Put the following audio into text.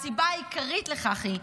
והסיבה העיקרית לכך היא,